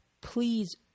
please